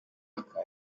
aka